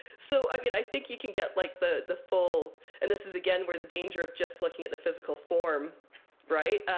so i mean, i think you can get like the the full and this is, again, where the danger of just looking at the physical form right?